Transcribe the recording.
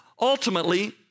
Ultimately